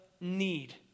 need